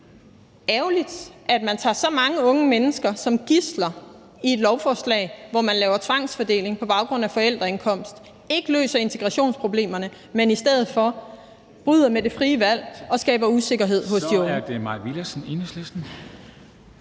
ærgerligt, at man tager så mange unge mennesker som gidsler i et lovforslag, hvor man laver tvangsfordeling på baggrund af forældreindkomst og ikke løser integrationsproblemerne, men i stedet for bryder med det frie valg og skaber usikkerhed hos de